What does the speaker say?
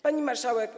Pani Marszałek!